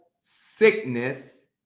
sickness